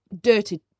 dirty